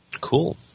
Cool